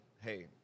Hey